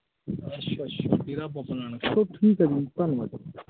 ਅੱਛਾ ਅੱਛਾ ਡੇਰਾ ਬਾਬਾ ਨਾਨਕ ਚੱਲੋ ਠੀਕ ਹੈ ਜੀ ਧੰਨਵਾਦ ਤੁਹਾਡਾ